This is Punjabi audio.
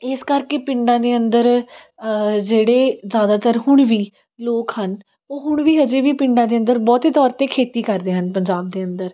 ਇਸ ਕਰਕੇ ਪਿੰਡਾਂ ਦੇ ਅੰਦਰ ਜਿਹੜੇ ਜ਼ਿਆਦਾਤਰ ਹੁਣ ਵੀ ਲੋਕ ਹਨ ਉਹ ਹੁਣ ਵੀ ਅਜੇ ਵੀ ਪਿੰਡਾਂ ਦੇ ਅੰਦਰ ਬਹੁਤੇ ਤੌਰ 'ਤੇ ਖੇਤੀ ਕਰਦੇ ਹਨ ਪੰਜਾਬ ਦੇ ਅੰਦਰ